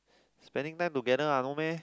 spending time together ah no meh